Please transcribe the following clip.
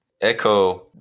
Echo